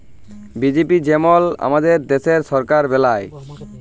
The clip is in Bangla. বিজেপি যেমল আমাদের দ্যাশের সরকার বেলায়